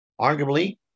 arguably